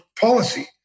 policy